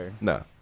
no